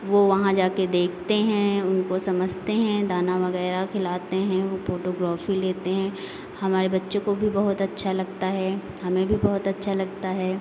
वो वहाँ जाके देखते हैं उनको समझते हैं दाना वगैरह खिलाते हैं फोटोग्राफी लेते हैं हमारे बच्चों को भी बहुत अच्छा लगता है हमें भी बहुत अच्छा लगता है